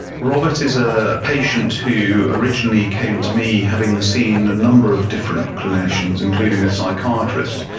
robert is a patient who originally came to me having seen a number of different clinicians, including a psychiatrist,